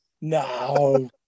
No